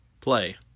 Play